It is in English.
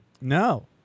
No